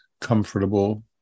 comfortable